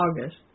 August